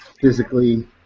physically